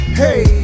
hey